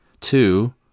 Two